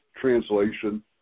translation